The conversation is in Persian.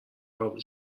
قبول